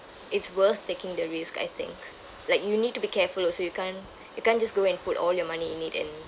it's worth taking the risk I think like you need to be careful also you can't you can't just go and put all your money in it and